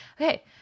okay